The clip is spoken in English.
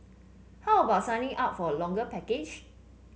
how about signing up for a longer package